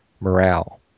morale